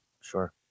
sure